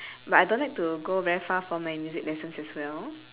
but I don't like to go very far for my music lessons as well